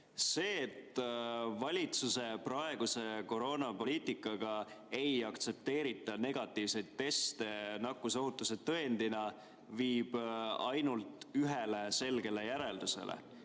See, et valitsuse praeguse koroonapoliitikaga ei aktsepteerita negatiivseid teste nakkusohutuse tõendina, viib ainult ühele selgele järeldusele.